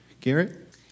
Garrett